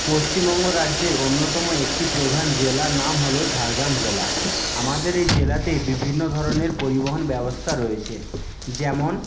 পশ্চিমবঙ্গ রাজ্যের অন্যতম একটি প্রধান জেলার নাম হল ঝাড়গ্রাম জেলা আমাদের এই জেলাতে বিভিন্ন ধরনের পরিবহণ ব্যবস্থা রয়েছে যেমন